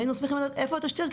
היינו שמחים לדעת איפה התשתיות,